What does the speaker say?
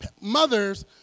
mothers